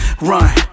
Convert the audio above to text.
Run